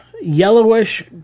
yellowish